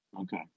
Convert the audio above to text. Okay